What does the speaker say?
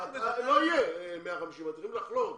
לא יהיו 150,000, אתם יכולים לחלום.